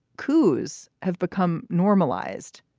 coups have become normalized.